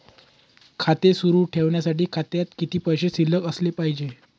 खाते सुरु ठेवण्यासाठी खात्यात किती पैसे शिल्लक असले पाहिजे?